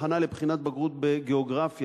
הכנה לבחינת בגרות בגיאוגרפיה,